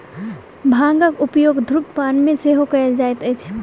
भांगक उपयोग धुम्रपान मे सेहो कयल जाइत अछि